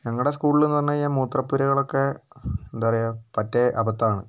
ഞങ്ങടെ സ്കൂളിൽ എന്ന് പറഞ്ഞു കഴിഞ്ഞാൽ മൂത്രപ്പുരകളൊക്കെ എന്താ പറയുക പറ്റേ അബദ്ധമാണ്